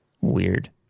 Weird